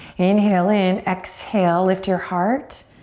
inhale in. exhale, lift your heart.